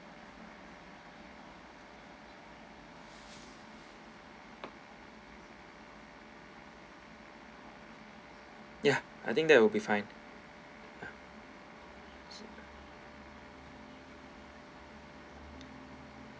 ya I think that will be fine